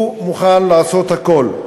הוא מוכן לעשות הכול: